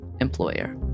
employer